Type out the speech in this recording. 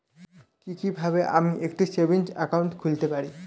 কি কিভাবে আমি একটি সেভিংস একাউন্ট খুলতে পারি?